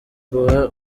guha